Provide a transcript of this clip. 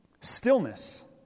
Stillness